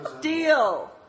Deal